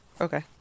okay